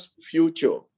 future